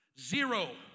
Zero